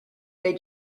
they